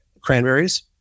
Cranberries